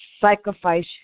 sacrifice